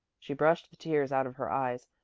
she brushed the tears out of her eyes.